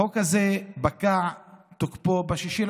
החוק הזה, פקע תוקפו ב-6 ביולי.